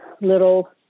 little